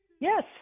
Yes